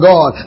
God